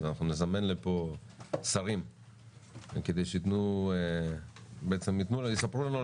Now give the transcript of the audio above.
אנחנו נזמן לפה שרים כדי שיספרו לנו על התוכניות שלהם.